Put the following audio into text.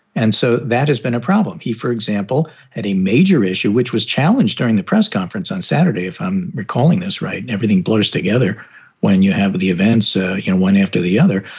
and so that has been a problem. he, for example, had a major issue which was challenged during the press conference on saturday. if i'm recalling this right now, and everything blurs together when you have the events ah in one after the other.